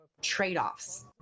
trade-offs